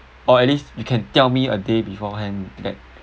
or at least you can tell me a day beforehand that